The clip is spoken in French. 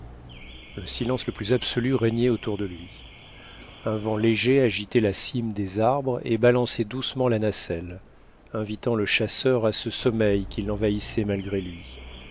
le silence le plus absolu régnait autour de loi un vent léger agitait la cime des arbres et balançait doucement la nacelle invitant le chasseur a ce sommeil qui l'envahissait malgré lui